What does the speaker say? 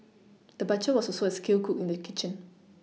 the butcher was also a skilled cook in the kitchen